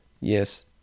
Yes